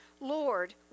Lord